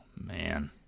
Man